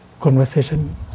conversation